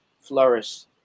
flourish